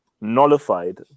nullified